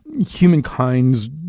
humankind's